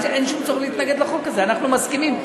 אין שום צורך להתנגד לחוק הזה: אנחנו מסכימים.